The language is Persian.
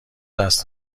دست